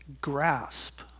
grasp